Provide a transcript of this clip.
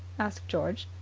asked george.